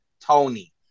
Tony